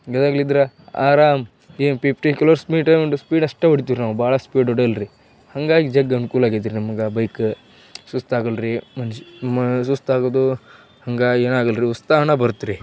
ಗದಗ್ಲಿದ್ರೆ ಆರಾಮ್ ಏನು fifty kilometres speed ಅಷ್ಟೇ ಹೊಡಿತಿವ್ರಿ ನಾವು ಭಾಳ ಸ್ಪೀಡ್ ಹೊಡಿಯಲ್ರಿ ಹಾಗಾಗಿ ಜಗ್ ಅನುಕೂಲ ಆಗೈತೆ ರಿ ನಮ್ಗೆ ಬೈಕ್ ಸುಸ್ತಾಗಲ್ಲ ರೀ ಮನ್ಸ್ ಮಾ ಸುಸ್ತು ಆಗೋದು ಹಾಗಾಗಿ ಏನೂ ಆಗಲ್ಲ ರಿ ಉತ್ಸಾಹನ ಬರತ್ರಿ